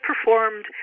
performed